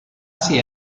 ser